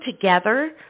together